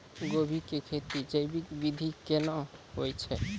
गोभी की खेती जैविक विधि केना हुए छ?